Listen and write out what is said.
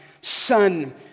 son